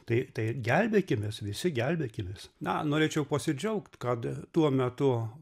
tai tai gelbėkimės visi gelbėkimės na norėčiau pasidžiaugt kad tuo metu